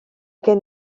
gen